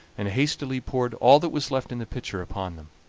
and hastily poured all that was left in the pitcher upon them.